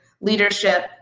leadership